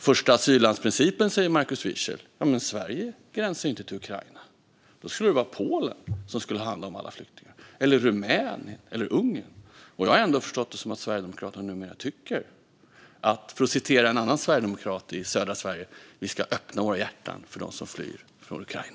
Första asyllandsprincipen, säger Markus Wiechel. Men Sverige gränsar inte till Ukraina. I så fall skulle Polen, Rumänien eller Ungern ta hand om alla flyktingar. Jag har ändå förstått det som att Sverigedemokraterna numera tycker att - för att citera en annan sverigedemokrat i södra Sverige - vi ska öppna våra hjärtan för dem som flyr från Ukraina.